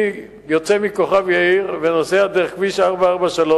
אני יוצא מכוכב-יאיר ויוצא לכביש 443,